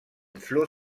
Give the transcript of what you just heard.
flot